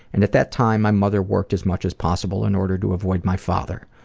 and at that time my mother worked as much as possible in order to avoid my father.